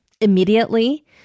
immediately